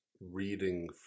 reading